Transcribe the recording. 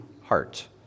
heart